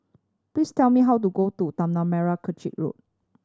please tell me how to go to Tanah Merah Kechil Road